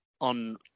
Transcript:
on